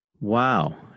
Wow